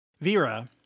Vera